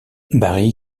barry